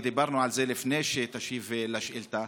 ודיברנו על זה לפני שהשבת על השאילתה,